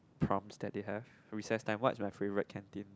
proms that they have recess time what is my favourite canteen